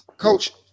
Coach